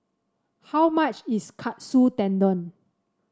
how much is Katsu Tendon